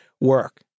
work